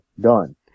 Done